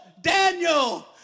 Daniel